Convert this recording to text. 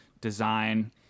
design